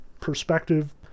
perspective